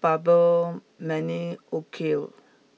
bubble many occur